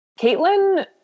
Caitlin